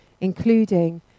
including